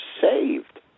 saved